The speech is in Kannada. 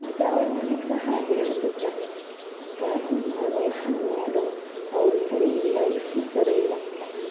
ಮತ್ತು ಅವ್ಳು ನನಗೆ ಸಹ ಹೇಳ್ತಿರ್ತಾಳೆ ಅಕ್ಕ ಹಿಂಗೆ ಮಾಡು ಹಂಗೆ ಮಾಡು ಅವರು ಸರಿಯಿಲ್ಲ ಇವರು ಸರಿಯಿಲ್ಲ ಅಂತ